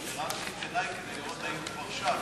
והרמתי את עיני כדי לראות אם הוא כבר שב.